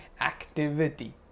activity